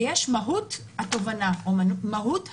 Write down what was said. ויש מהות שהתובענה או מהות הבקשה,